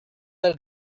del